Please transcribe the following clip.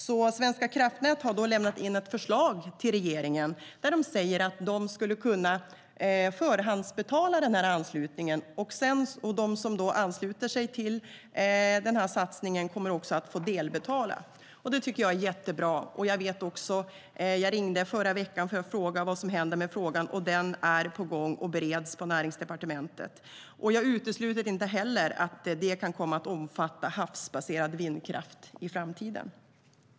Svenska kraftnät har därför lämnat in ett förslag till regeringen där de säger att de skulle kunna förhandsbetala anslutningen och att de som sedan ansluter sig till den här satsningen kommer att få delbetala. Detta tycker jag är jättebra. Jag ringde förra veckan för att fråga vad som händer med frågan, och den är på gång och bereds på Näringsdepartementet. Jag utesluter inte heller att detta kan komma att omfatta havsbaserad vindkraft i framtiden.